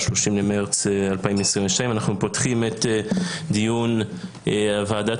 30 במרץ 2022. אנחנו פותחים את דיון ועדת